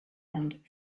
and